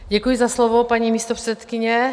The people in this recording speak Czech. Děkuji za slovo, paní místopředsedkyně.